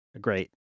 Great